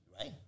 right